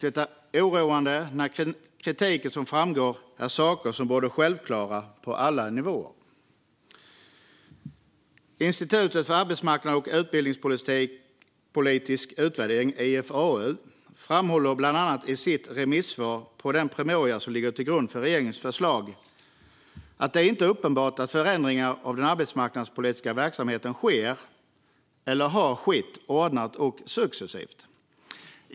Det är oroande när kritiken som framförs gäller saker som borde vara självklara på alla nivåer. Institutet för arbetsmarknads och utbildningspolitisk utvärdering, IFAU, framhåller bland annat i sitt remissvar på den promemoria som ligger till grund för regeringens förslag att det inte är uppenbart att förändringar av den arbetsmarknadspolitiska verksamheten sker, eller har skett, ordnat och successivt.